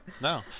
No